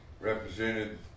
represented